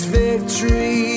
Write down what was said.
victory